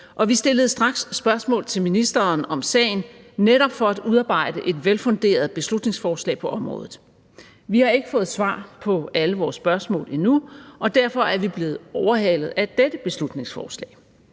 vi stillede straks spørgsmål til ministeren om sagen, netop for at udarbejde et velfunderet beslutningsforslag på området. Vi har ikke fået svar på alle vores spørgsmål endnu, og derfor er det blevet overhalet af dette beslutningsforslag.